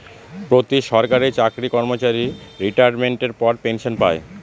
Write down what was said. প্রতি সরকারি চাকরি কর্মচারী রিটাইরমেন্টের পর পেনসন পায়